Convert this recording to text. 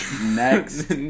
next